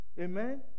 Amen